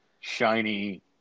shiny